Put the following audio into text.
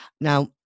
Now